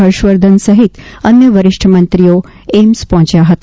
હર્ષવર્ધન સહિત અન્ય વરિષ્ઠ મંત્રીઓ એમ્સ પહોંચ્યા હતા